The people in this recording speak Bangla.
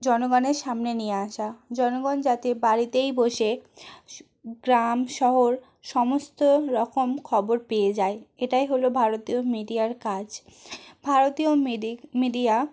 জনগণের সামনে নিয়ে আসা জনগণ যাতে বাড়িতেই বসে স গ্রাম শহর সমস্ত রকম খবর পেয়ে যায় এটাই হলো ভারতীয় মিডিয়ার কাজ ভারতীয় মিডি মিডিয়া